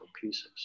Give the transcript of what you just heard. pieces